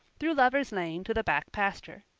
through lovers' lane to the back pasture.